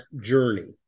journey